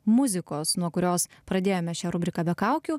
muzikos nuo kurios pradėjome šią rubriką be kaukių